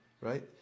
right